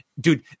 dude